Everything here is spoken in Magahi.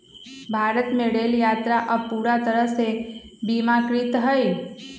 भारत में रेल यात्रा अब पूरा तरह से बीमाकृत हई